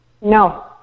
No